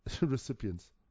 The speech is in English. recipients